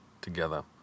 together